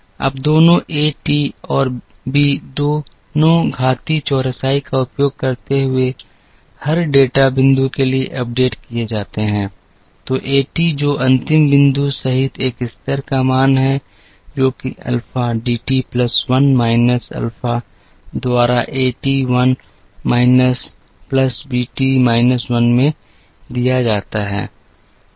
अब दोनों एक टी और बी दोनों घातीय चौरसाई का उपयोग करते हुए हर डेटा बिंदु के लिए अपडेट किए जाते हैं तो एक टी जो अंतिम बिंदु सहित एक स्तर का मान है जो कि alpha D T plus 1 minus alpha द्वारा एक T 1 minus plus B T minus 1 में दिया जाता है